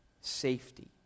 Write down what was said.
safety